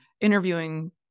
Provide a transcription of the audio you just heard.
interviewing